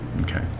Okay